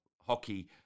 hockey